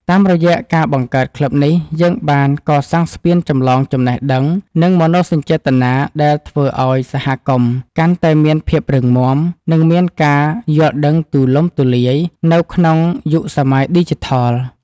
តាមរយៈការបង្កើតក្លឹបនេះ យើងបានកសាងស្ពានចម្លងចំណេះដឹង និងមនោសញ្ចេតនា ដែលធ្វើឱ្យសហគមន៍កាន់តែមានភាពរឹងមាំ និងមានការយល់ដឹងទូលំទូលាយ នៅក្នុងយុគសម័យឌីជីថល។